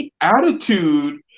attitude